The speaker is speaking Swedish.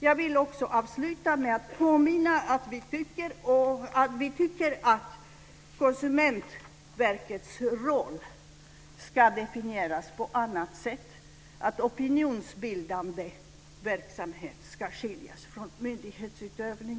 Jag vill också avsluta med att påminna om att vi tycker att Konsumentverkets roll ska definieras på ett annat sätt och att opinionsbildande verksamhet ska skiljas från myndighetsutövning.